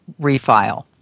refile